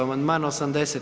Amandman 80.